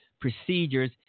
procedures